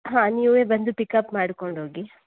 ಹಾಂ ನೀವೇ ಬಂದು ಪಿಕಪ್ ಮಾಡಿಕೊಂಡು ಹೋಗಿ